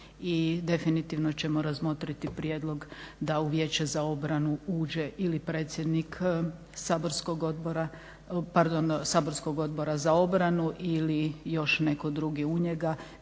i definitivno ćemo razmotriti prijedlog da u Vijeće za obranu uđe i predsjednik saborskog Odbora za obranu ili još neko drugi u njega.